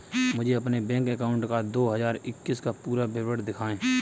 मुझे अपने bank account का दो हज़ार इक्कीस का पूरा विवरण दिखाएँ?